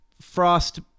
frost